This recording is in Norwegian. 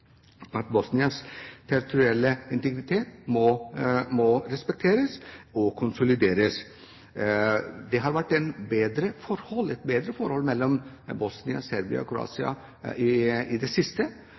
at Bosnias territorielle integritet må respekteres og konsolideres. Det har vært et bedre forhold mellom Bosnia, Serbia og